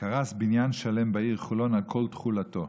קרס בניין שלם בעיר חולון על כל תכולתו.